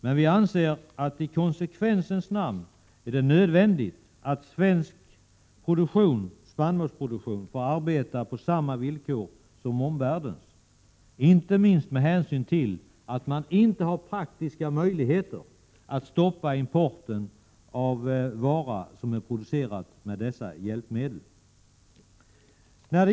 Men vi anser att det i konsekvensens namn är nödvändigt att svensk spannmålsproduktion får ske på samma villkor som omvärldens, inte minst med hänsyn till att man inte har praktiska möjligheter att stoppa importen av varor som är producerade med dessa hjälpmedel.